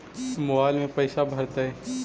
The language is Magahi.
मोबाईल में पैसा भरैतैय?